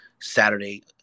saturday